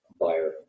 buyer